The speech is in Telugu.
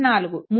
4 3